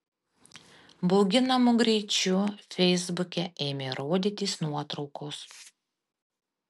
bauginamu greičiu feisbuke ėmė rodytis nuotraukos